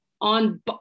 on